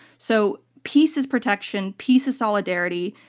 so, peace is protection, peace is solidarity,